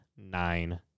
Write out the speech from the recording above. nine